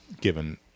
given